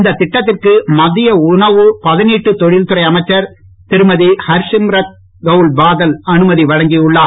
இந்த திட்டத்திற்கு மத்திய உணவு பதவீடும் தொழில் துறை அமைச்சர் திருமதி ஹர்ஷ்மிரத் கவுல்பாதல் அனுமதி வழங்கியுள்ளார்